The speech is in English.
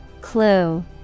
Clue